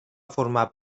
formar